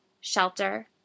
shelter